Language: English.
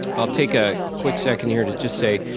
i'll take a quick second here to just say,